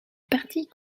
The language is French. parti